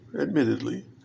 admittedly